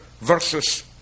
versus